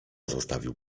zostawił